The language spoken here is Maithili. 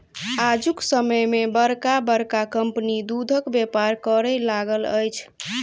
आजुक समय मे बड़का बड़का कम्पनी दूधक व्यापार करय लागल अछि